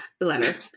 Letter